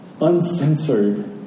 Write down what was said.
uncensored